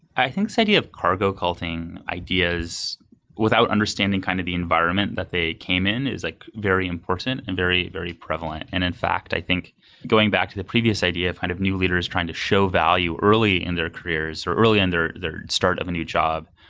i think this idea of cargo culting ideas without understanding kind of the environment that they came in is a like very important and very, very prevalent. and in fact, i think going back to the previous idea kind of new leaders trying to show value early in their careers or early in their their start of a new job,